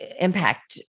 impact